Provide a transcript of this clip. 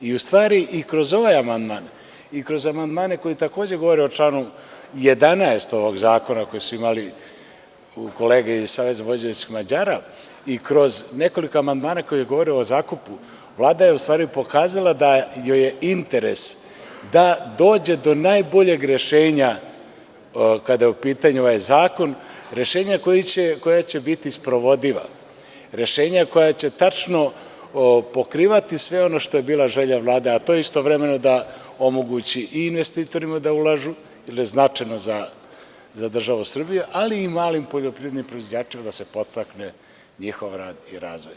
U stvari, i kroz ovaj amandman i kroz amandmane koji takođe govore o članu 11. ovog zakona koji su imale kolege iz SVM i kroz nekoliko amandmana koji su govorili o zakupu, Vlada je u stvari pokazala da joj je interes da dođe do najboljeg rešenja, kada je u pitanju ovaj zakon, rešenja koja će biti sprovodiva, rešenja koja će tačno pokrivati sve ono što je bila želja Vlade, a to je istovremeno da omogući i investitorima da ulažu, jer je značajno za državu Srbiju, ali i malim poljoprivrednim proizvođačima da se podstakne njihov rad i razvoj.